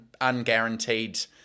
unguaranteed